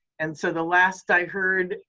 and so the last i heard,